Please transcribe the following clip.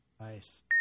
Nice